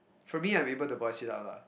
for me I'm able to voice it out lah